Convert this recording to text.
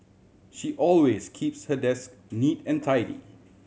she always keeps her desk neat and tidy